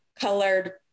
colored